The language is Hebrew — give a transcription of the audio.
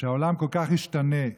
כשהעולם כל כך השתנה,